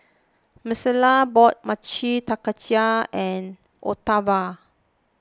Maricela bought Mochi Taiyaki Octavia